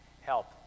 help